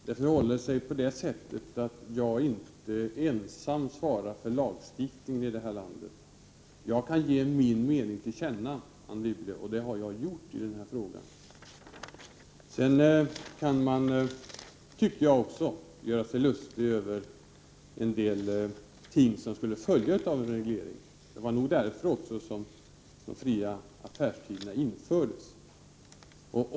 Herr talman! Det förhåller sig så att jag inte ensam svarar för lagstiftningen här i landet. Jag kan ge min mening till känna, Anne Wibble, och det har jag gjort i den här frågan. Vidare tycker också jag att man kan göra sig lustig över en del följder som en reglering skulle få. Det var nog också därför som de fria affärstiderna infördes.